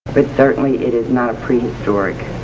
certainly it is not prehistoric.